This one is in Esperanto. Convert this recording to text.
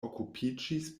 okupiĝis